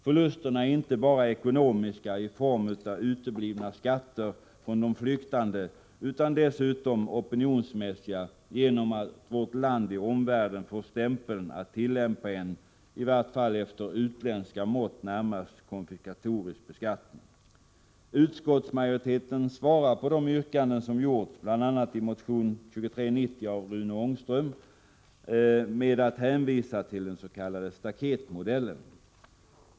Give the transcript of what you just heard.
Förlusterna är inte bara ekonomiska i form av uteblivna skatter från de flyktande utan dessutom opinionsmässiga genom att vårt land i omvärlden får stämpeln att tillämpa en i varje fall efter utländska mått närmast konfiskatorisk beskattning. Utskottsmajoriteten svarar på de yrkanden som gjorts bl.a. i motion 2390 av Rune Ångström genom att hänvisa till den s.k. staketmodellen.